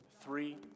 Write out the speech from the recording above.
Three